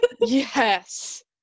yes